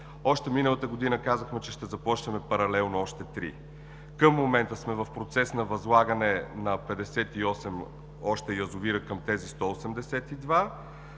Още миналата година казахме, че ще започнем паралелно още три. Към момента сме в процес на възлагане на още 58 язовира към тези 182.